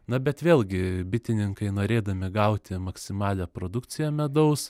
na bet vėlgi bitininkai norėdami gauti maksimalią produkciją medaus